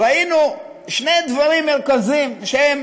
ראינו שני דברים מרכזיים שהם